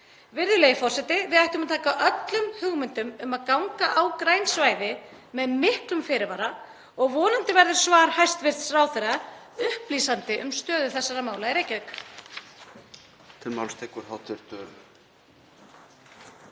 Virðulegi forseti. Við ættum að taka öllum hugmyndum um að ganga á græn svæði með miklum fyrirvara og vonandi verður svar hæstv. ráðherra upplýsandi um stöðu þessara mála í Reykjavík.